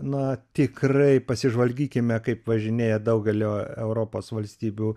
na tikrai pasižvalgykime kaip važinėja daugelio europos valstybių